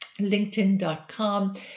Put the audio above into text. linkedin.com